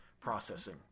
processing